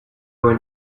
went